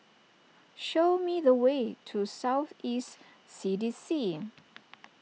show me the way to South East C D C